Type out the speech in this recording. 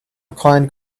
reclined